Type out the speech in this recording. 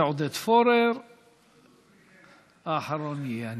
ועודד פורר האחרון יהיה,